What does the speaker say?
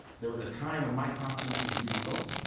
there was a time when my confidence was really low.